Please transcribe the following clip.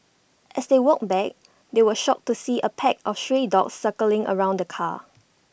as they walked back they were shocked to see A pack of stray dogs circling around the car